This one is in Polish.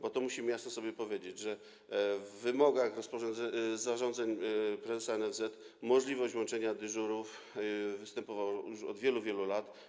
Bo to musimy jasno sobie powiedzieć, że w wymogach zarządzeń prezesa NFZ możliwość łączenia dyżurów występowała już od wielu, wielu lat.